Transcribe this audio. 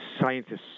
scientists